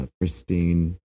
pristine